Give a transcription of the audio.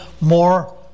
more